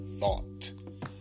Thought